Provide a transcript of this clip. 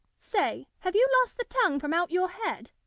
say, have you lost the tongue from out your head?